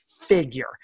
figure